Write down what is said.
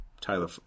Tyler